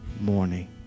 morning